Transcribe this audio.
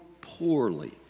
poorly